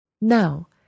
Now